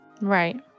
Right